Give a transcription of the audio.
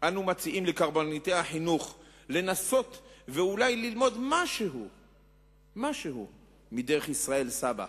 אנו מציעים לקברניטי החינוך לנסות אולי ללמוד משהו מדרך ישראל סבא,